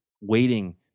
waiting